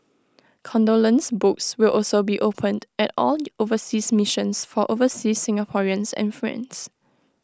condolence books will also be opened at all overseas missions for overseas Singaporeans and friends